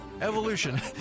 Evolution